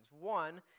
One